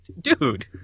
dude